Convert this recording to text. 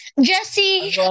jesse